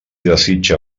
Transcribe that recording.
desitja